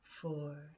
four